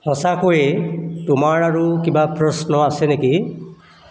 সঁচাকৈয়ে তোমাৰ আৰু কিবা প্ৰশ্ন আছে নেকি